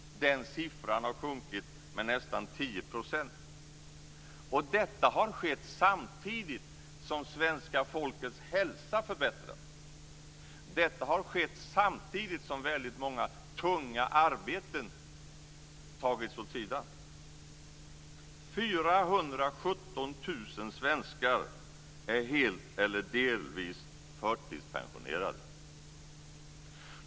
Den siffran har sjunkit med nästan 10 %, och detta har skett samtidigt som svenska folkets hälsa har förbättrats, samtidigt som väldigt många tunga arbeten har försvunnit.